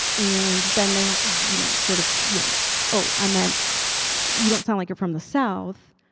and then they have, you know, sort of, you know oh, i meant you don't sound like you're from the south,